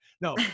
No